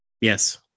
Yes